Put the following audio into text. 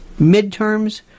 Midterms